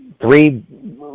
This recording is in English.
Three